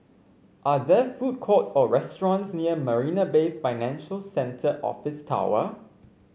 are there food courts or restaurants near Marina Bay Financial Centre Office Tower